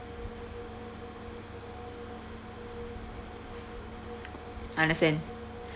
understand